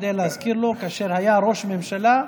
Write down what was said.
כדי להזכיר לו שכאשר היה ראש ממשלה,